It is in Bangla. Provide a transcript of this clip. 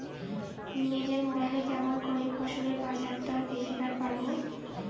নিজের মোবাইলে কেমন করে ফসলের বাজারদর দেখিবার পারবো?